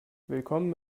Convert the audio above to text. willkommen